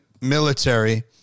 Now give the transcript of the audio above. military